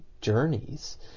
journeys